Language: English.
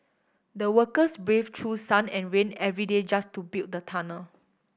the workers braved through sun and rain every day just to build the tunnel